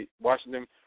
Washington